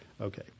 Okay